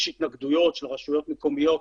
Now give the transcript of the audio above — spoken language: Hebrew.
יש התנגדויות של רשויות מקומיות,